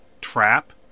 trap